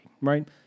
right